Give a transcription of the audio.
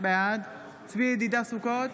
בעד צבי ידידיה סוכות,